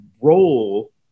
role